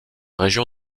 région